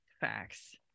Facts